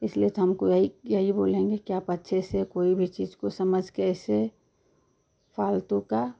इसलिए तो हमको यही यही बोलेंगे कि आप अच्छे से कोई चीज को समझ कर ऐसे फालतू का